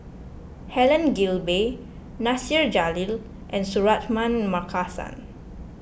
Helen Gilbey Nasir Jalil and Suratman Markasan